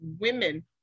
women